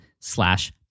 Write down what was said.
slash